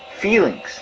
feelings